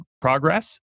progress